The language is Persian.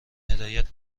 هدایت